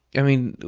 i mean,